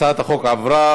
הצעת החוק התקבלה,